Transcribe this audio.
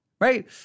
right